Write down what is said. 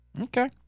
Okay